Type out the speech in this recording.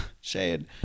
Shade